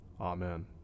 Amen